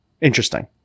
interesting